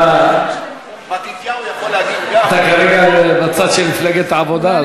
אתה כרגע בצד של מפלגת העבודה,